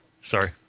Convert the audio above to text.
Sorry